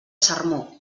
sermó